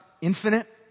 Infinite